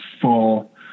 full